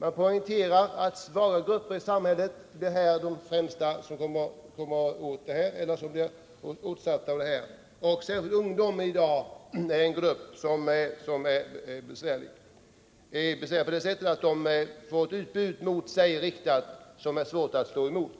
Man poängterar att det är många grupper i samhället som är utsatta för detta. Särskilt ungdomen har i dag ett utbud riktat mot sig som är svårt att stå emot.